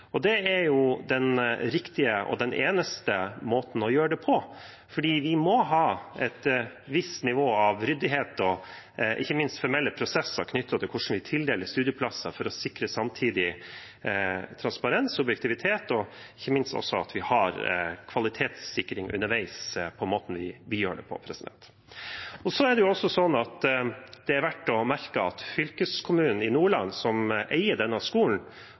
Det er jo den riktige og eneste måten å gjøre det på, for vi må ha et visst nivå av ryddighet og ikke minst formelle prosesser knyttet til hvordan vi tildeler studieplasser for å sikre samtidig transparens, objektivitet og ikke minst at det er kvalitetssikring underveis av måten vi gjør det på. Så er det også verdt å merke seg at fylkeskommunen i Nordland, som eier denne skolen,